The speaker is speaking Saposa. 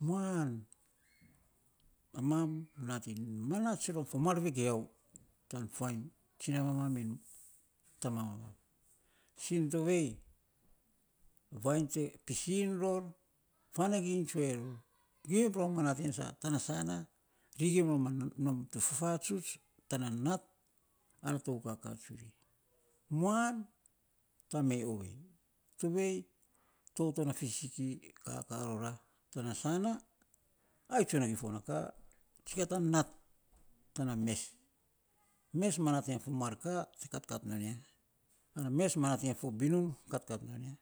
Muan mamam nating manaats rom fo mar vagiau tan fuainy tsina mamaa min tama mamam sin tovei, vainy te piisin ror fanaging tsue ror giim ror ma nating a saa, tana saa naa gim ror ma nom tu fifatsuts tana nat ana tou kakaa tsuri. Muan tamee ovei, tovei toto na fisiki kakaor rora, tana sana, ai tsun a gifon na kaa tsikia ta nat tana mes. Mes ma nating a fo mar ka, te katkat non ya, mes ma nating a fo binun katkat non ya